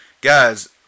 guys